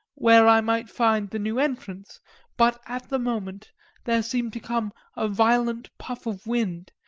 where i might find the new entrance but at the moment there seemed to come a violent puff of wind,